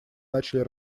начали